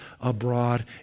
abroad